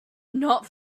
not